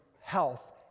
health